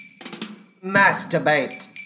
Masturbate